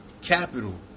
capital